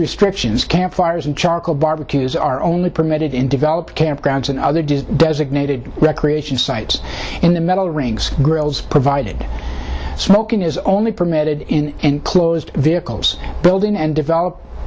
restrictions campfires and charcoal barbecues are only permitted in developed campgrounds and other just designated recreation sites in the metal rings grills provided smoking is only permitted in enclosed vehicles building and develop